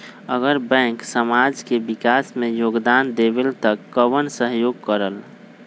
अगर बैंक समाज के विकास मे योगदान देबले त कबन सहयोग करल?